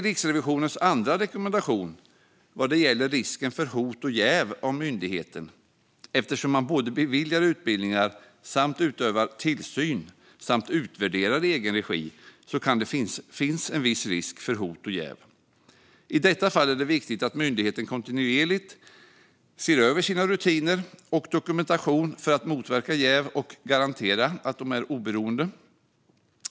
Riksrevisionens andra rekommendation gäller risken för hot och jäv för myndigheten eftersom man både beviljar utbildningar och utövar tillsyn samt utvärderar i egen regi. Det gör att det finns en viss risk för hot och jäv. I detta fall är det viktigt att myndigheten kontinuerligt ser över sina rutiner och sin dokumentation för att motverka jäv och garantera att den är oberoende.